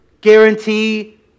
guarantee